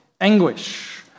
anguish